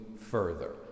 further